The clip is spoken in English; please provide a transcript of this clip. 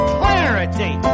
clarity